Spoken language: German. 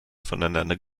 voneinander